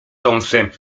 dąsem